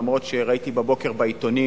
אף שראיתי הבוקר בעיתונים,